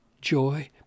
joy